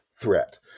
threat